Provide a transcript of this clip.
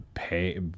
pay